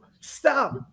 Stop